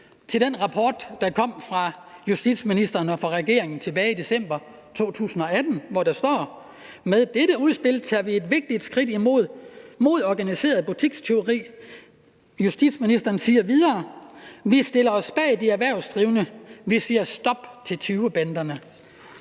til den rapport, der er kommet fra justitsministeren og fra regeringen tilbage i december 2018, hvor der står: »Med dette udspil tager vi et vigtigt skridt mod organiseret butikstyveri.« Og justitsministeren siger videre: »Vi stiller os bag de erhvervsdrivende. Vi siger stop til tyvebanderne.«